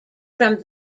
from